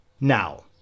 Now